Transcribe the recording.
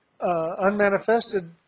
unmanifested